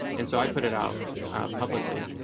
and so i put it out publicly,